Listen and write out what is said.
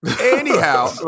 Anyhow